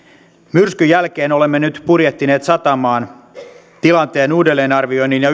myrskyn jälkeen olemme nyt purjehtineet satamaan tilanteen uudelleenarvioinnin ja